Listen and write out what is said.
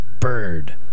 bird